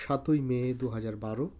সাতই মে দু হাজার বারো